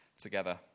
together